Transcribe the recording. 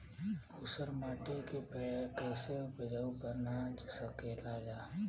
ऊसर माटी के फैसे उपजाऊ बना सकेला जा?